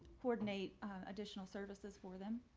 coordinate additional services for them.